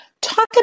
Talk